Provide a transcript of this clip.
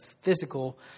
physical